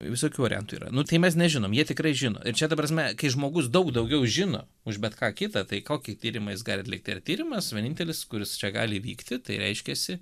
visokių variantų yra nu tai mes nežinom jie tikrai žino ir čia dabar kai žmogus daug daugiau žino už bet ką kitą tai kokį tyrimą jis gali atlikti ir tyrimas vienintelis kuris gali įvykti tai reiškiasi